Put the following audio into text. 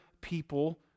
people